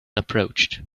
approached